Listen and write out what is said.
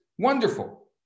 Wonderful